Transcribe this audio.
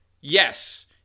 yes